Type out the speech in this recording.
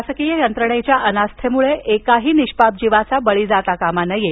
शासकीय यंत्रणेच्या अनास्थेमुळे एकाही निष्पाप जीवाचा बळी जाता कामा नये